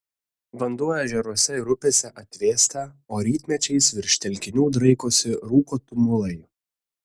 vanduo ežeruose ir upėse atvėsta o rytmečiais virš telkinių draikosi rūko tumulai